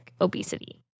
obesity